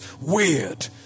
weird